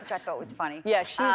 ah i thought was funny. yeah yeah,